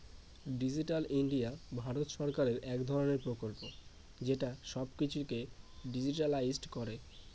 digital India Bharat সরকারের এক ধরনের প্রকল্প যেটা সব কিছুকে ডিজিট্যালাইসড করে